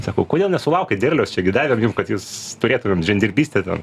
sako o kodėl nesulaukėt derliaus čia gi davėm jum kad jūs turėtumėm žemdirbystę ten